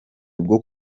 bwo